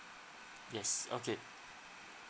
yes okay